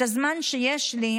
את הזמן שיש לי,